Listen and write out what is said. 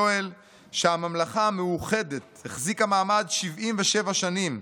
יואל שהממלכה המאוחדת החזיקה מעמד 77 שנים,